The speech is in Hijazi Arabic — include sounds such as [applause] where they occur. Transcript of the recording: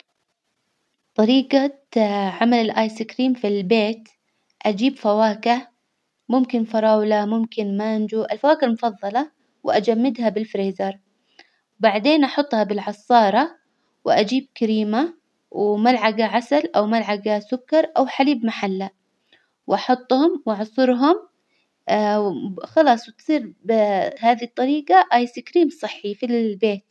طريجة [hesitation] عمل الآيس كريم في البيت، أجيب فواكه، ممكن فراولة، ممكن مانجو، الفواكه المفظلة وأجمدها بالفريزر، بعدين أحطها بالعصارة، وأجيب كريمة وملعجة عسل أو ملعجة سكر أو حليب محلى وأحطهم وأعصرهم [hesitation] خلاص وتصير بهذي الطريجة آيس كريم صحي في البيت.